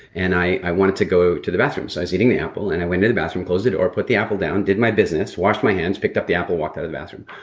and i i wanted to go to the bathroom. so i was eating the apple, and i went into the bathroom, closed the door, put the apple down, did my business, washed my hands, picked up the apple, walked out of the bathroom.